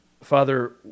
Father